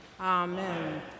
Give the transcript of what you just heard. Amen